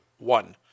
One